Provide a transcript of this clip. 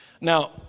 Now